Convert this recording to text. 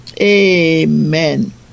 Amen